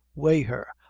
weigh her.